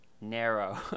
narrow